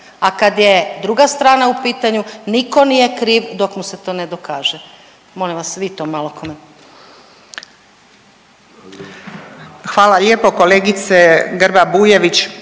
A kad je druga strana u pitanju nitko nije kriv dok mu se to ne dokaže. Molim vas vi to malo komentirajte. **Juričev-Martinčev,